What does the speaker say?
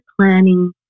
planning